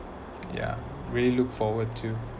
yeah really look forward to